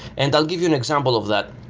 and i'll give you an example of that.